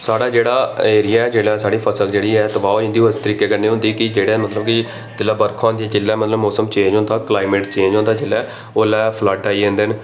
साढ़ा जेह्ड़ा एरिया ऐ जेल्लै साढ़ी फसल जेह्ड़ी ऐ तबाह् होई जंदी उस तरीके कन्नै होंदी कि जेह्ड़ा मतलब कि जेल्लै बर्खा होंदी जेल्लै मतलब कि मौसम चेंज होंदा क्लाइमेट चेंज होंदा जिसलै उसलै फ्लड आई जंदे न बड़े बड़े